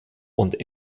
und